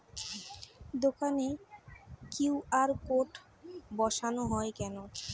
দোকানে QR code বসানো হয় কেন?